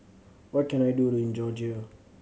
what can I do in Georgia